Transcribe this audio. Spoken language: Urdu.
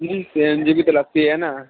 جی سی این جی بھی تو لگتی ہے نا